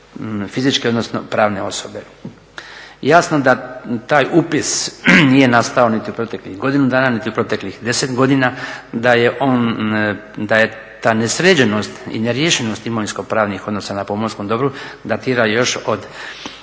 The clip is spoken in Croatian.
fizičke odnosno pravne osobe. Jasno da taj upis nije nastao niti u proteklih godinu dana niti u proteklih 10 godina, da je ta nesređenost i neriješenost imovinsko-pravnih odnosa na pomorskom dobru datira još unatrag